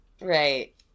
Right